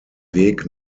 weg